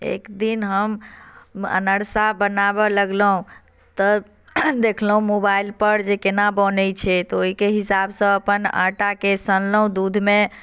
एक दिन हम अनरसा बनाबय लगलहुँ तऽ देखलहुँ मोबाइलपर जे केना बनैत छै तऽ ओहिके हिसाबसँ अपन आटाकेँ सनलहुँ दूधमे